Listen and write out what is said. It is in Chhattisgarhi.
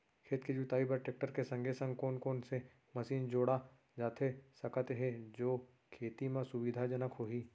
खेत के जुताई बर टेकटर के संगे संग कोन कोन से मशीन जोड़ा जाथे सकत हे जो खेती म सुविधाजनक होही?